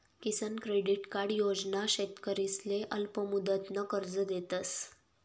किसान credit card योजना शेतकरीसले अल्पमुदतनं कर्ज देतस